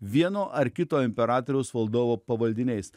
vieno ar kito imperatoriaus valdovo pavaldiniais